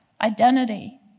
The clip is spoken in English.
identity